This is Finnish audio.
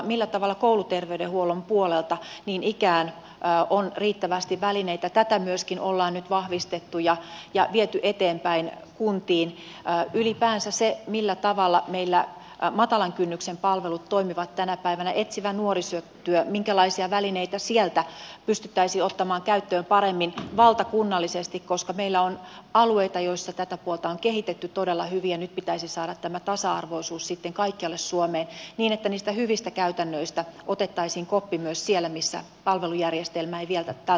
millä tavalla kouluterveydenhuollon puolelta niin ikään on riittävästi välineitä tätä myöskin on nyt vahvistettu ja viety eteenpäin kuntiin ylipäänsä sitä millä tavalla meillä matalan kynnyksen palvelut toimivat tänä päivänä etsivä nuorisotyö minkälaisia välineitä sieltä pystyttäisiin ottamaan käyttöön paremmin valtakunnallisesti koska meillä on alueita joissa tätä puolta on kehitetty todella hyvin ja nyt pitäisi saada tämä tasa arvoisuus sitten kaikkialle suomeen niin että niistä hyvistä käytännöistä otettaisiin koppi myös siellä missä palvelujärjestelmä ei vielä tältä osin toimi